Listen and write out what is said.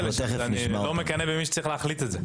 אני לא מקנא במי שצריך להחליט את זה.